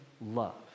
love